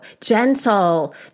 Gentle